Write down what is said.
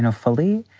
and fully.